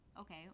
Okay